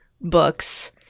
books